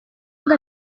aho